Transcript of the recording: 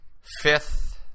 fifth